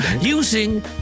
using